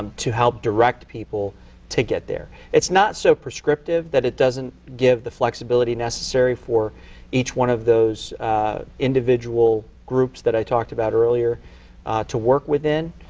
um to help direct people to get there. it's not so prescriptive that it doesn't give the flexibility necessary for each one of those individual groups that i talked about earlier to work within.